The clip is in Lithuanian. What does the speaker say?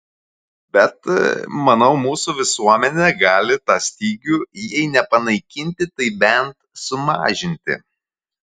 bet manau mūsų visuomenė gali tą stygių jei ne panaikinti tai bent sumažinti